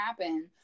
happen